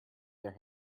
their